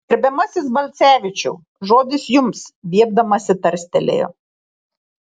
gerbiamasis balcevičiau žodis jums viepdamasi tarstelėjo